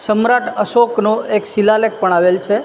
સમ્રાટ અશોકનો એક શિલાલેખ પણ આવેલ છે